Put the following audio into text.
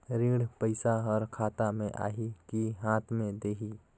ऋण पइसा हर खाता मे आही की हाथ मे देही?